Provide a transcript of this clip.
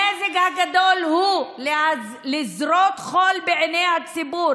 הנזק הגדול הוא לזרות חול בעיני הציבור